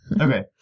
Okay